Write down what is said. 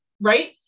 right